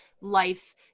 life